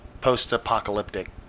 post-apocalyptic